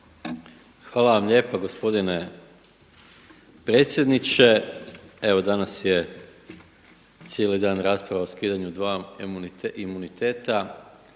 Hvala vam lijepo gospodine predsjedniče. Evo danas je cijeli dan rasprava o skidanju dva imuniteta.